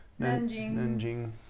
Nanjing